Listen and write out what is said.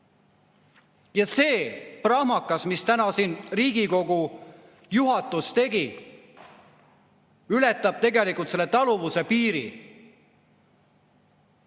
Ja see prahmakas, mille täna siin Riigikogu juhatus tegi, ületab tegelikult selle taluvuse piiri.